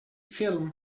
film